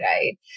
right